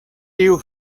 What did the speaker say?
tiu